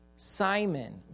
Simon